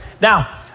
Now